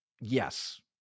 Yes